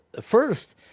first